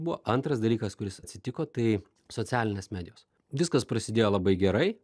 buvo antras dalykas kuris atsitiko tai socialinės medijos viskas prasidėjo labai gerai